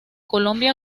colombia